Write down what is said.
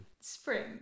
spring